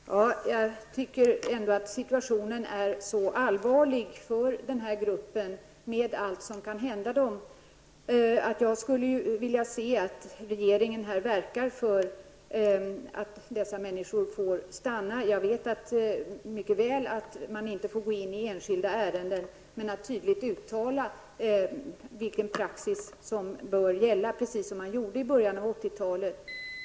Fru talman! Jag tycker ändå att situationen för den här gruppen med allt som kan hända dessa människor är så allvarlig att jag gärna skulle se att regeringen här verkade för att dessa människor får stanna. Jag vet mycket väl att statsrådet inte kan gå in på enskilda ärenden, men däremot anser jag att hon borde kunna uttala vilken praxis hon anser bör gälla, precis som skedde i början av 80-talet.